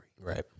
Right